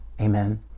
Amen